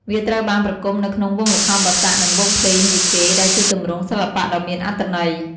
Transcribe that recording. វាត្រូវបានប្រគំនៅក្នុងវង់ល្ខោនបាសាក់ និងវង់ភ្លេងយីកេ ដែលជាទម្រង់សិល្បៈដ៏មានអត្ថន័យ។